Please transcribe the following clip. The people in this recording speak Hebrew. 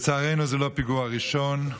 לצערנו זה לא פיגוע ראשון,